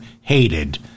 hated